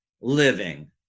living